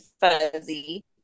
fuzzy